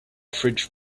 fridge